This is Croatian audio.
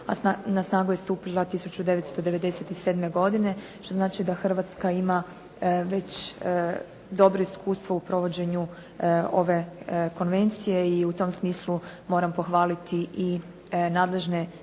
a na snagu je stupila 1997. godine, što znači da Hrvatska ima već dobro iskustvo u provođenju ove konvencije i u tom smislu moram pohvaliti i nadležne